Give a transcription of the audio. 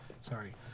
Sorry